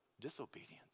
disobedience